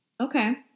Okay